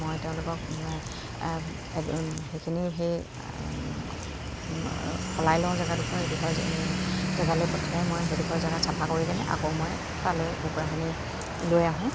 মই তেওঁলোকক সেইখিনি সেই সলাই লওঁ জেগাডোখৰ এইডোখৰ জেগালৈ পঠিয়াই মই সেইডোখৰ জেগা চাফা কৰি কেনে আকৌ মই তালৈ কুকুৰাখিনি লৈ আহোঁ